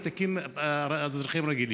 לתיקים אזרחיים רגילים?